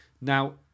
Now